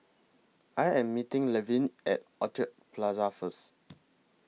I Am meeting Levin At Orchid Plaza First